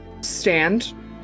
stand